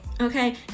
Okay